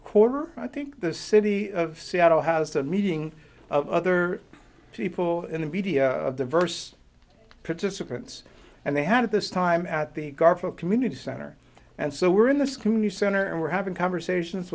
quarter i think the city of seattle has a meeting of other people in the media diverse participants and they have this time at the guard for community center and so we're in this community center and we're having conversations